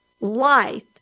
life